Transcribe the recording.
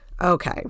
Okay